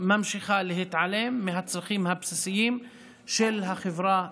שממשיכה להתעלם מהצרכים הבסיסיים של החברה הערבית.